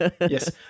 Yes